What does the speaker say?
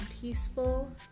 peaceful